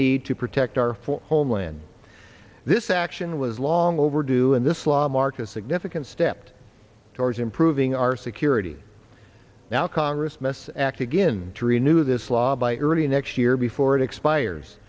to protect our homeland this action was long overdue and this law mark a significant step towards improving our security now congress mess act again to renew this law by early next year before it expires